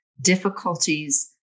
difficulties